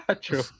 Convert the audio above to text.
True